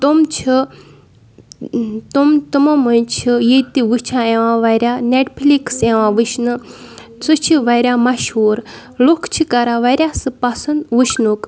تِم چھِ تِم تِمو منٛز چھِ یِتہِ وٕچھان یِوان واریاہ نیٹفٕلِکس یِوان وٕچھنہٕ سُہ چھِ واریاہ مشہوٗر لُکھ چھِ کَران واریاہ سُہ پَسنٛد وٕچھنُک